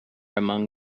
among